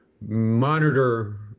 monitor